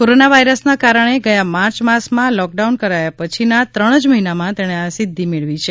corona વાયરસના કારણે ગયા માર્ચ માસમાં લોકડાઉન કરાયા પછીના ત્રણ જ મહિનામાં તેણે આ સિધ્ધિ મેળવી છે